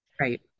Right